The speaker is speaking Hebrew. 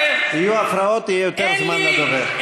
יהיו הפרעות, יהיה יותר זמן לדובר.